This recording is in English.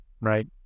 right